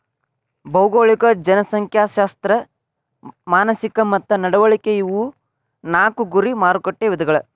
ಭೌಗೋಳಿಕ ಜನಸಂಖ್ಯಾಶಾಸ್ತ್ರ ಮಾನಸಿಕ ಮತ್ತ ನಡವಳಿಕೆ ಇವು ನಾಕು ಗುರಿ ಮಾರಕಟ್ಟೆ ವಿಧಗಳ